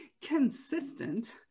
consistent